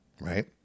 right